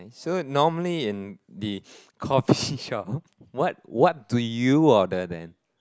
so normally in the coffee shop what what do you order then